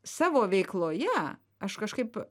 savo veikloje aš kažkaip